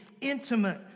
intimate